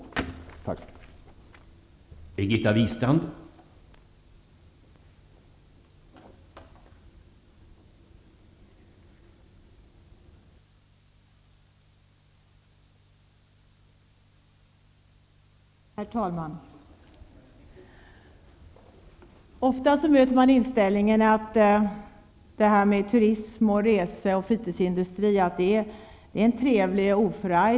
Tack.